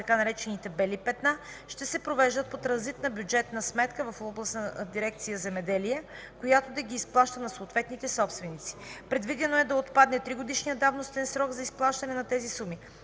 (така наречените „бели петна”), ще се превеждат по транзитна бюджетна сметка в областната дирекция „Земеделие”, която да ги изплаща на съответните собственици. Предвидено е да отпадне тригодишният давностен срок за изплащане на тези суми.